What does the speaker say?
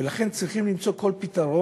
ולכן, צריכים למצוא כל פתרון,